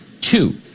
Two